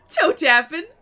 Toe-tapping